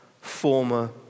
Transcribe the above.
former